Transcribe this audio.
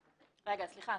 סליחה.